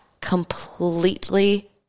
completely